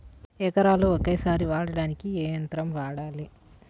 ఎకరాలు ఒకేసారి వేయడానికి ఏ యంత్రం వాడాలి?